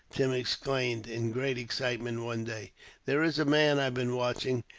tim exclaimed in great excitement, one day there is a man i've been watching,